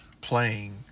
playing